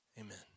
Amen